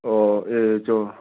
ꯑꯣ ꯑꯦ ꯆꯣ